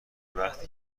وقتی